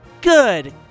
good